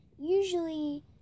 usually